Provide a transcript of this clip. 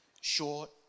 short